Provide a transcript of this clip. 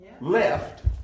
left